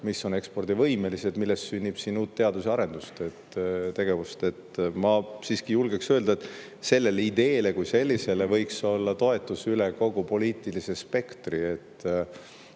mis on ekspordivõimelised ning millest sünnib siin uut teadus- ja arendustegevust. Ma siiski julgeksin öelda, et sellele ideele kui sellisele võiks olla toetus üle kogu poliitilise spektri